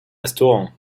restaurant